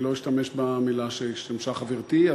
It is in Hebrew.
אני לא אשתמש במילה שהשתמשה חברתי,